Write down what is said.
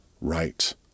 right